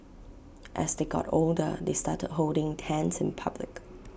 as they got older they started holding hands in public